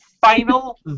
Final